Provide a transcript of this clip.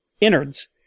innards